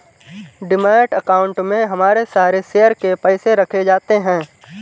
demat account में हमारे सारे शेयर के पैसे रखे जाते हैं